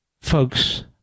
Folks